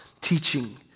teaching